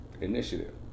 initiative